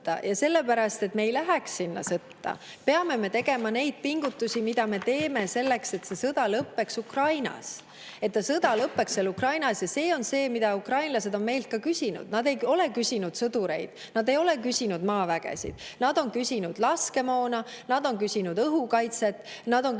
Sellepärast, et me ei läheks sinna sõtta, peame me tegema neid pingutusi, mida me teeme, selleks, et see sõda lõppeks Ukrainas. Et see sõda lõppeks Ukrainas. Ja see on see, mida ukrainlased on meilt küsinud. Nad ei ole küsinud sõdureid, nad ei ole küsinud maavägesid. Nad on küsinud laskemoona, nad on küsinud õhukaitset, nad on küsinud